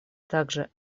также